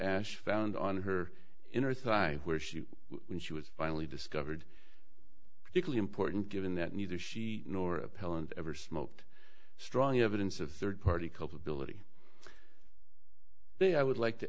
ash found on her inner thigh where she when she was finally discovered particularly important given that neither she nor appellant ever smoked strong evidence of third party culpability they i would like to